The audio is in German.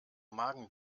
magen